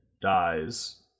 dies